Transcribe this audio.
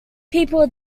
people